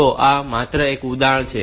તો આ માત્ર એક ઉદાહરણ છે